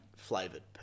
Flavoured